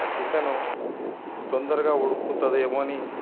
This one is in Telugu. ఆ చికెను తొందరగా ఉడుకుతుంది ఏమో అని